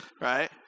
Right